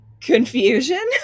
confusion